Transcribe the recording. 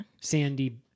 sandy